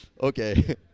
Okay